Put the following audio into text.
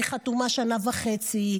והיא חתומה שנה וחצי,